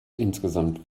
insgesamt